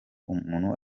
umuntu